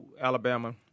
Alabama